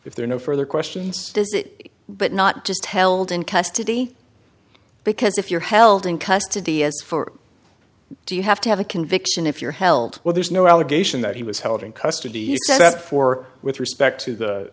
if there are no further questions does it but not just held in custody because if you're held in custody as for do you have to have a conviction if you're held well there's no allegation that he was held in custody except for with respect to the